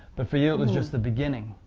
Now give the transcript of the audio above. but for you it was just a beginning,